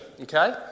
okay